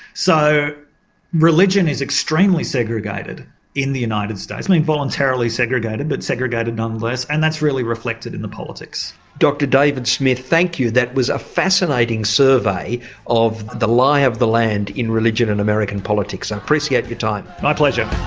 so religion is extremely segregated in the united states, voluntarily segregated but segregated nonetheless and that's really reflected in the politics. dr david smith thank you. that was a fascinating survey of the lie of the land in religion and american politics. i appreciate your time. my pleasure.